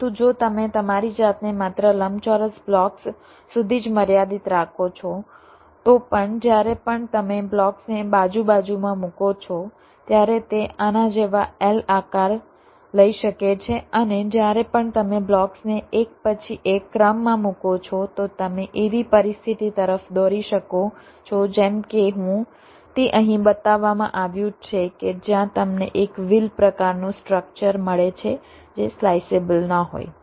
પરંતુ જો તમે તમારી જાતને માત્ર લંબચોરસ બ્લોક્સ સુધી જ મર્યાદિત રાખો છો તો પણ જ્યારે પણ તમે બ્લોક્સને બાજુ બાજુમાં મૂકો છો ત્યારે તે આના જેવો L આકાર લઈ શકે છે અને જ્યારે પણ તમે બ્લોક્સને એક પછી એક ક્રમમાં મૂકો છો તો તમે એવી પરિસ્થિતિ તરફ દોરી શકો છો જેમ કે હું તે અહીં બતાવવામાં આવ્યું છે કે જ્યાં તમને એક વ્હીલ પ્રકારનું સ્ટ્રક્ચર મળે છે જે સ્લાઇસેબલ ન હોય